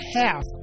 half